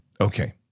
Okay